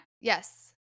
Yes